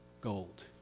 gold